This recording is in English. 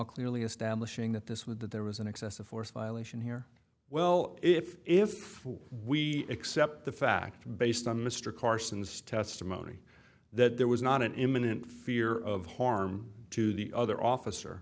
clearly establishing at this with that there was an excessive force violation here well if if we accept the fact based on mr carson's testimony that there was not an imminent fear of harm to the other officer